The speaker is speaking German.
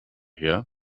her